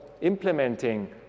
implementing